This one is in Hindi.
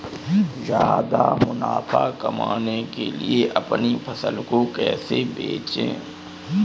ज्यादा मुनाफा कमाने के लिए अपनी फसल को कैसे बेचें?